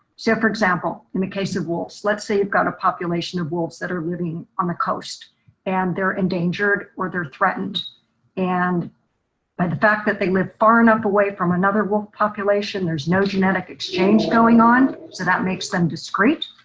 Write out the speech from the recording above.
so for example, in the case of wolves, let's say you've got a population of wolves that are living on the coast and they are endangered or they're threatened and by the fact that they live far enough away from another wolf population there's no genetic exchange going on so that makes them discreet.